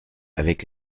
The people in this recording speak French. avec